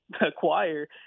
acquire